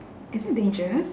is it dangerous